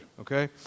Okay